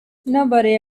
nobody